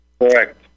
Correct